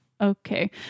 Okay